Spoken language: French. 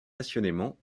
passionnément